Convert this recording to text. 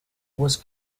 was